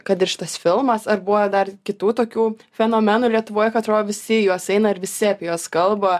kad ir šitas filmas ar buvę dar kitų tokių fenomenų lietuvoj kad atrodo visi į juos eina ir visi apie juos kalba